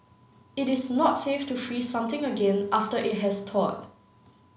it is not safe to freeze something again after it has thawed